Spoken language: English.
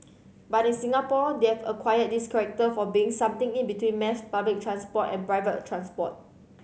but in Singapore they've acquired this character for being something in between mass public transport and private transport